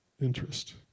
interest